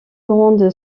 grande